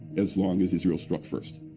as long as israel struck first.